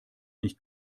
nicht